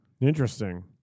Interesting